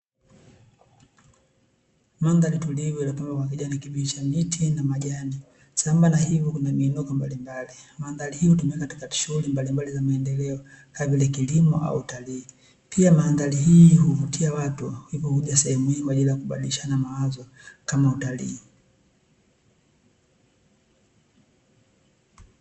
Mwanga ni tulivu iliyopambwa kwa rangi ya kijani kibichi na majani, sambamba na hivo Kuna miinuko mbalimbali. Maadhari hii hutumika katika shughuli mbalimbali za maendeleo kama vile kilimo au utalii, pia maadhari hii huvutia watu hivyo huja sehemu hii kwa ajili ya kubadilishana mawazo kama utalii.